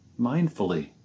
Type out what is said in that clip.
mindfully